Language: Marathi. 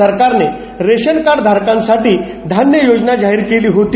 सरकारनं रेशन कार्ड धारकांसाठी धान्य योजना जाहीर केली होती